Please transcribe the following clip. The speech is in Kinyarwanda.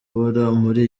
muri